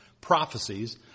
prophecies